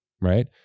right